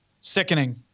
Sickening